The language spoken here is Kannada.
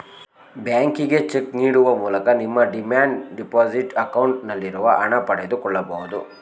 ಬ್ಯಾಂಕಿಗೆ ಚೆಕ್ ನೀಡುವ ಮೂಲಕ ನಮ್ಮ ಡಿಮ್ಯಾಂಡ್ ಡೆಪೋಸಿಟ್ ಅಕೌಂಟ್ ನಲ್ಲಿರುವ ಹಣ ಪಡೆದುಕೊಳ್ಳಬಹುದು